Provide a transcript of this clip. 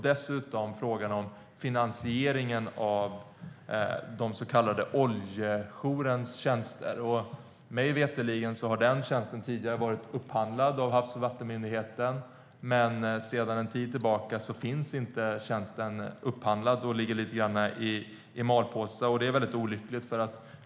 Dessutom bör frågan om finansieringen av den så kallade oljejourens tjänster utredas. Mig veterligen har den tjänsten tidigare varit upphandlad av Havs och vattenmyndigheten. Men sedan en tid tillbaka finns inte tjänsten upphandlad, så den ligger i malpåse.